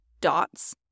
Dots